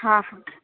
હા